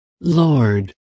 Lord